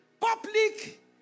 Public